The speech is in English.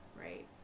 right